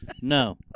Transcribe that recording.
No